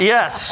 Yes